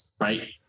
right